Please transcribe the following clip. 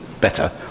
better